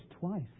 twice